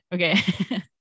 Okay